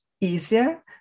easier